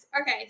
Okay